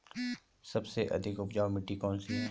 सबसे अधिक उपजाऊ मिट्टी कौन सी है?